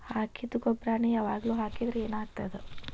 ಹಾಕಿದ್ದ ಗೊಬ್ಬರಾನೆ ಯಾವಾಗ್ಲೂ ಹಾಕಿದ್ರ ಏನ್ ಆಗ್ತದ?